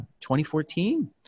2014